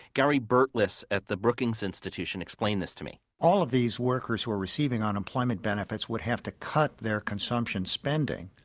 gary burtless at the brookings institution explained this to me all of these workers who are receiving unemployment benefits would have to cut their consumption spending,